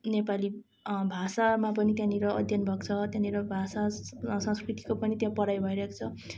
नेपाली भाषामा पनि त्यहाँनिर अध्ययन भएको छ त्यहाँनिर भाषा संस्कृतिको पनि त्यहाँ पढाइ भइरहेको छ